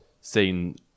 seen